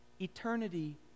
Eternity